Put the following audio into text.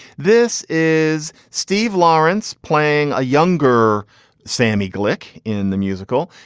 this is steve lawrence playing a younger sammy glick in the musical.